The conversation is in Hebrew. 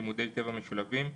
לימודי טבע משולבים,